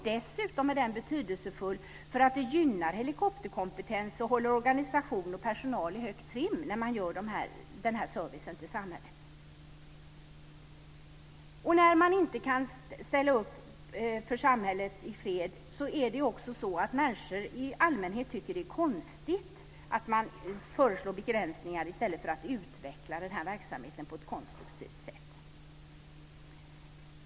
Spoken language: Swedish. Dessutom är den betydelsefull för att det gynnar helikopterkompetensen och håller organisation och personal i god trim när man gör den här servicen till samhället. När man inte kan ställa upp för samhället i fred är det också så att människor i allmänhet tycker att det är konstigt att man föreslår begränsningar i stället för att utveckla verksamheten på ett konstruktivt sätt.